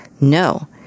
No